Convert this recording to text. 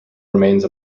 remains